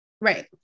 right